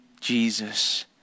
Jesus